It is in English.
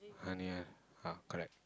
ah correct